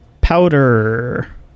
Powder